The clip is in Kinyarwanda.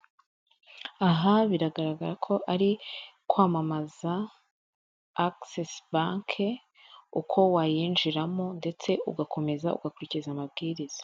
Aha biragaragara ko ari kwamamaza akisesi banke uko wayinjiramo ndetse ugakomeza ugakurikiza amabwiriza.